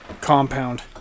compound